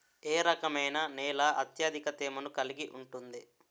ఏ రకమైన నేల అత్యధిక తేమను కలిగి ఉంటుంది?